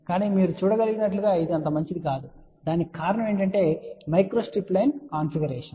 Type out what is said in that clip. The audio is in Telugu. కానీ మీరు చూడగలిగినట్లుగా ఇది అంత మంచిది కాదు దానికి కారణం మైక్రోస్ట్రిప్ లైన్ కాన్ఫిగరేషన్